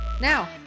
Now